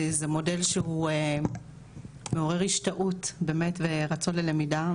זה מודל שהוא מעורר השתאות באמת ורצון ללמידה,